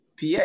PA